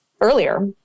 earlier